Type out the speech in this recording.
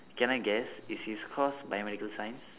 can I guess is his course biomedical science